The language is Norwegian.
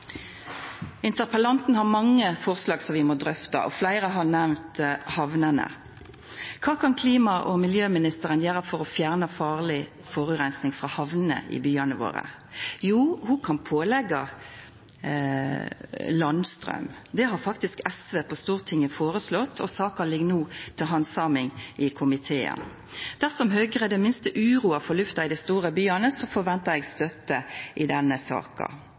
Interpellanten har mange forslag som vi må drøfta, og fleire har nemnt hamnene. Kva kan klima- og miljøministeren gjera for å fjerna farleg forureining frå hamnene i byane våre? Jau, ho kan påleggja landstraum. Det har faktisk SV på Stortinget føreslått, og saka ligg no til handsaming i komiteen. Dersom Høgre er det minste uroa for lufta i dei store byane, forventar eg støtte i denne saka.